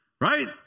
right